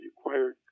required